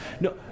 No